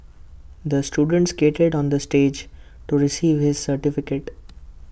the student skated onto the stage to receive his certificate